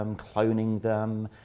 um cloning them,